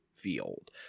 Field